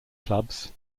clubs